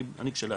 אני כשלעצמי,